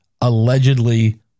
allegedly